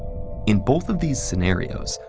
in both of these scenarios,